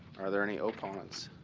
are there any opponents?